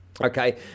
Okay